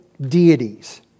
deities